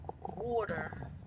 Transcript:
water